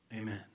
Amen